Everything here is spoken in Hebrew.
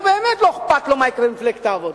הוא באמת, לא אכפת לו מה יקרה עם מפלגת העבודה.